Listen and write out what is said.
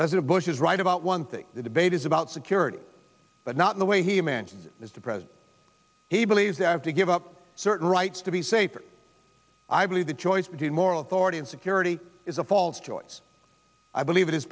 president bush is right about one thing the debate is about security but not in the way he mentioned as the president he believes they have to give up certain rights to be safer i believe the choice between moral authority and security is a false choice i believe it is